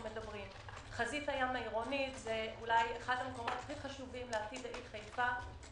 חזית הים העירונית זה אולי המקומות הכי חשובים לעתיד העיר חיפה.